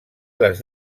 les